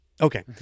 Okay